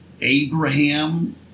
Abraham